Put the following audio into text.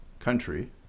country